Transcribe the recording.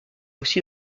aussi